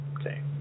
okay